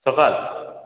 সকাল